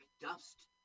dust